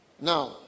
Now